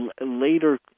later